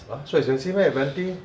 !huh! so expensive meh Avanti